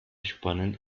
spannend